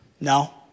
No